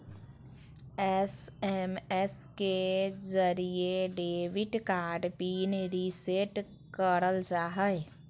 SMS के जरिये debit card pin reset करल जा हय